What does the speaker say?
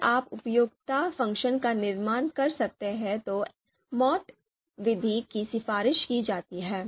यदि आप उपयोगिता फ़ंक्शन का निर्माण कर सकते हैं तो MAUT विधि की सिफारिश की जाती है